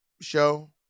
show